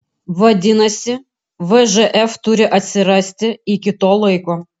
vadinasi vžf turi atsirasti iki to laiko